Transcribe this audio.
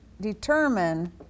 determine